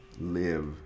live